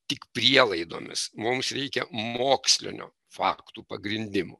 tik prielaidomis mums reikia mokslinio faktų pagrindimų